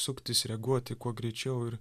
suktis reaguoti kuo greičiau ir